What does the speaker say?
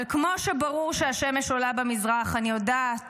אבל כמו שברור שהשמש עולה במזרח, אני יודעת